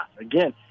Again